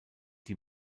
die